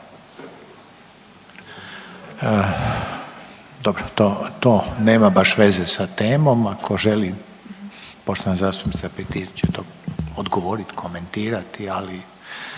Dobro, to nema baš veze sa temom, ako želi poštovana zastupnica Petir će to odgovorit, komentirati, ali